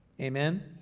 Amen